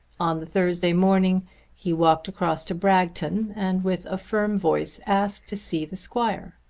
on the thursday morning he walked across to bragton and with a firm voice asked to see the squire.